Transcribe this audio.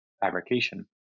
fabrication